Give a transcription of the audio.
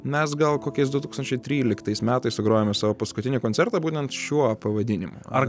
mes gal kokiais du tūkstančiai tryliktais metais sugrojome savo paskutinį koncertą būtent šiuo pavadinimu ar